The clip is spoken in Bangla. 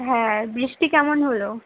হ্যাঁ বৃষ্টি কেমন হলো